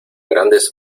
grandes